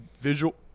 visual